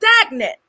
stagnant